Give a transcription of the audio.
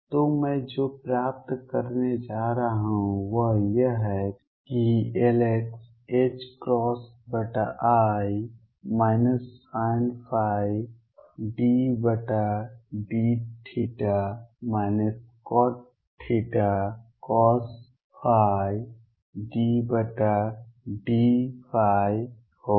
तो मैं जो प्राप्त करने जा रहा हूं वह यह है कि Lx i sinϕ∂θ cotθcosϕ∂ϕ होगा